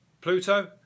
Pluto